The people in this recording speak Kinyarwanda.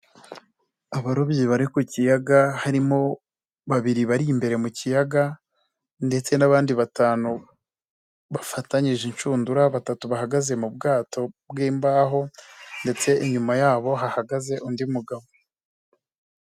Abarobyi bari ku kiyaga harimo babiri bari imbere mu kiyaga ndetse n'abandi batanu bafatanyije inshundura, batatu bahagaze mu bwato bw'imbaho ndetse inyuma yabo hahagaze undi mugabo.